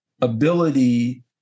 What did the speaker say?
ability